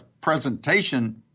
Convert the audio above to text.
presentation